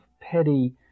petty